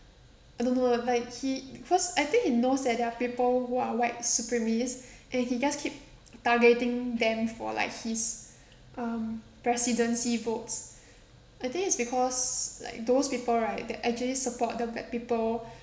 I don't know ah like he first I think he knows that there are people who are white supremists and he just keep targeting them for like his um presidency votes I think it's because like those people right that actually support the black people